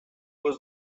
was